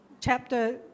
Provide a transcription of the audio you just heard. chapter